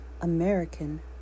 American